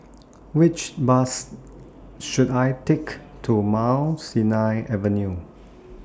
Which Bus should I Take to Mount Sinai Avenue